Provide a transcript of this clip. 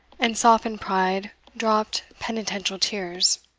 and softened pride dropped penitential tears.